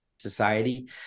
society